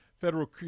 Federal